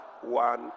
one